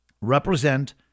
represent